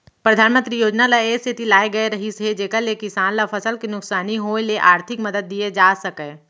परधानमंतरी योजना ल ए सेती लाए गए रहिस हे जेकर ले किसान ल फसल के नुकसानी होय ले आरथिक मदद दिये जा सकय